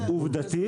עובדתית,